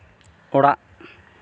ᱚᱲᱟᱜ